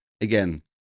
again